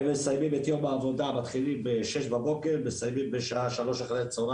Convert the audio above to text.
הם מתחילים את יום העבודה בשש בבוקר ומסיימים בשעה שלוש אחר הצוהריים,